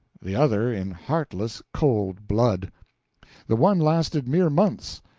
the other in heartless cold blood the one lasted mere months,